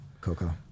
Coco